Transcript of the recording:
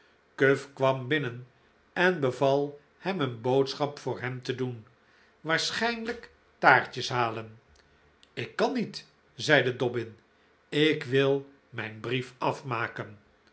cuff kwam binnen en beval hem een boodschap voor hem te doen waarschijnlijk taartjes halen ik kan niet zeide dobbin ik wil mijn brief afmaken